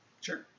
Sure